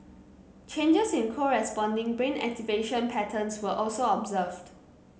changes in corresponding brain activation patterns were also observed